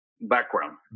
background